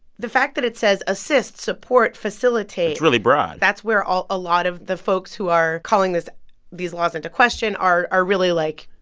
the fact that it says assist, support, facilitate. it's really broad that's where all a lot of the folks who are calling this these laws into question are are really, like,